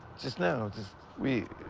just now. just we.